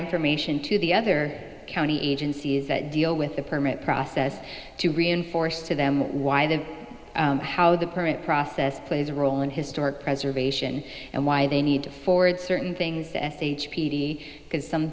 information to the other county agencies that deal with the permit process to reinforce to them why the how the permit process plays a role in historic preservation and why they need to forward certain things the s h p because some